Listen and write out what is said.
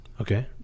Okay